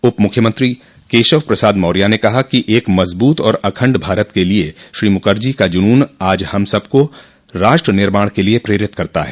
उपमुख्यमंत्री केशव प्रसाद मौर्य ने कहा कि एक मजबूत और अखण्ड भारत के लिये श्री मुखर्जी का जुनून आज हम सब को राष्ट्र निर्माण के लिये प्रेरित करता है